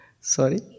Sorry